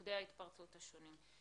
במוקדי ההתפרצות השונים.